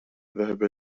ذهب